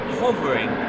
hovering